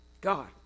God